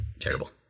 terrible